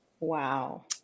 Wow